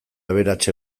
aberats